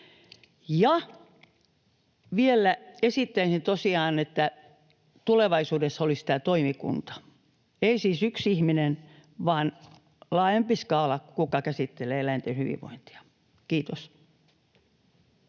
Ja vielä esittäisin tosiaan, että tulevaisuudessa olisi tämä toimikunta — ei siis yksi ihminen vaan laajempi skaala, joka käsittelee eläinten hyvinvointia. — Kiitos.